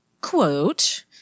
Quote